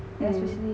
mm